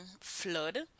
flood